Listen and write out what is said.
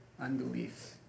unbelief